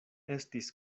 estis